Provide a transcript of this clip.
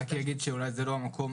באותו יום.